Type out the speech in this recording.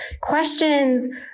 Questions